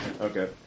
okay